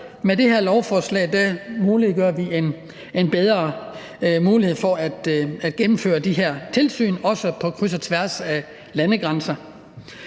Med det her lovforslag skaber vi en bedre mulighed for at gennemføre de her tilsyn, også på kryds og tværs af landegrænserne.